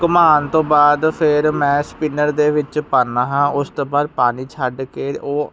ਘੁੰਮਾਨ ਤੋਂ ਬਾਅਦ ਫਿਰ ਮੈਂ ਸਪਿਨਰ ਦੇ ਵਿੱਚ ਪਾਨਾ ਹਾਂ ਉਸ ਤੋਂ ਬਾਅਦ ਪਾਣੀ ਛੱਡ ਕੇ ਉਹ